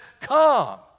come